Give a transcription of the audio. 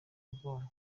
umugongo